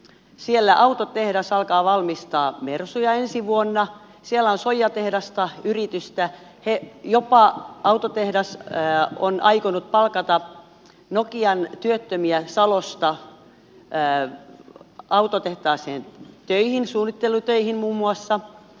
uudessakaupungissa autotehdas alkaa valmistaa mersuja ensi vuonna siellä on soijatehdasta yritystä jopa autotehdas on aikonut palkata nokian työttömiä salosta autotehtaaseen töihin suunnittelutöihin muun muassa